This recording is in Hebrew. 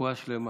רפואה שלמה.